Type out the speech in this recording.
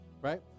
Right